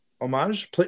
homage